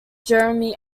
jeremy